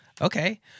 okay